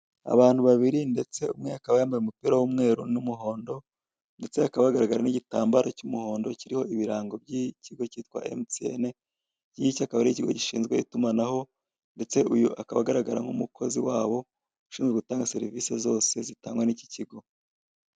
Abantu babiri ndetse umwe akaba yambaye umupira w'umweru n'umuhondo ndetse hakaba hagaragara n'igitambaro cy'umuhondo kiriho ibirango by'ikigo cyitwa emutiyeni, ikingiki akaba ari ikigo gishinzwe itumanaho ndetse uyu akaba agaragara nk'umukozi wabo ushinzwe gutanga serivise zose zitangwa n'iki kigo.